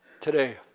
Today